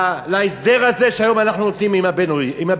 להסדר הזה, שהיום אנחנו נותנים עם הבדואים.